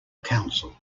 council